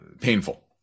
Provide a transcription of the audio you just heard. painful